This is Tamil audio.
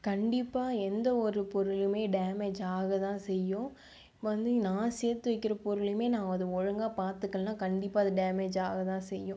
கண்டிப்பாக எந்த ஒரு பொருளுமே டேமேஜ் ஆக தான் செய்யும் வந்து நான் சேர்த்து வைக்கிற பொருளுமே நான் அதை ஒழுங்காக பார்த்துக்கலனா கண்டிப்பாக அது டேமேஜ் ஆக தான் செய்யும்